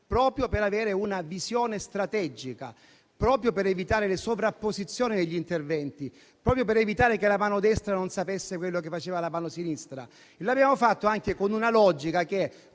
proprio per avere una visione strategica ed evitare la sovrapposizione degli interventi e per evitare che la mano destra non sapesse quello che faceva la mano sinistra. L'abbiamo fatto anche secondo una logica che -